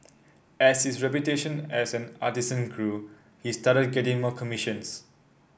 as his reputation as an artisan grew he started getting more commissions